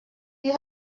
you